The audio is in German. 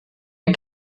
ein